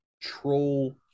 Troll